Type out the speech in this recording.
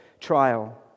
trial